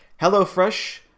HelloFresh